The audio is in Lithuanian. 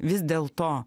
vis dėl to